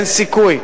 אין סיכוי.